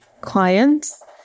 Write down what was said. clients